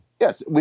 Yes